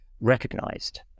recognized